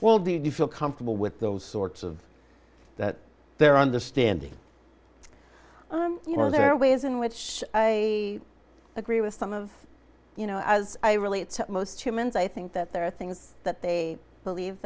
well do you feel comfortable with those sorts of that they're understanding you know there are ways in which i agree with some of you know as i relate to most humans i think that there are things that they believe